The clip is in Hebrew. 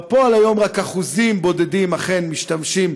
בפועל היום רק אחוזים בודדים אכן משתמשים